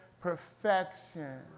perfection